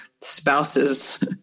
spouse's